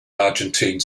argentine